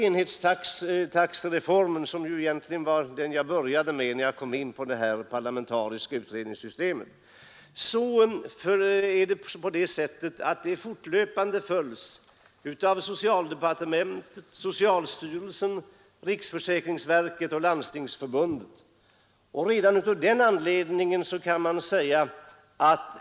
Enhetstaxereformen, som var det jag egentligen började tala om när jag kom in på systemet med parlamentariska utredningar, följs fortlöpande av socialdepartementet, socialstyrelsen, riksförsäkringsverket och Landstingsförbundet.